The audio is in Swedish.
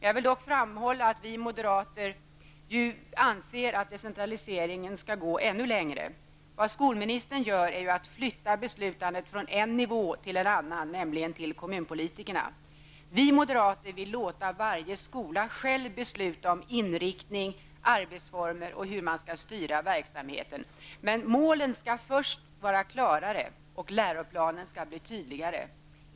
Jag vill framhålla att vi moderater anser att decentraliseringen skall gå ännu längre. Vad skolministern gör är att han flyttar beslutandet från en nivå till en annan -- nämligen till kommunpolitikerna. Vi moderater vill låta varje skola själv besluta om inriktning, om arbetsformer och om hur man skall styra verksamheten. Men målen måste först bli klarare. Dessutom måste läroplanen bli tydligare.